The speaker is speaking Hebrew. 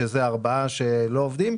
שזה 4% שלא עובדים,